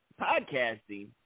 podcasting